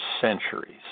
centuries